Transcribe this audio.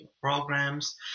programs